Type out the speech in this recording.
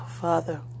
Father